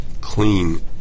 clean